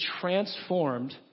transformed